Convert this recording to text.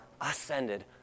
ascended